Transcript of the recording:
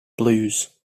blues